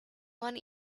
one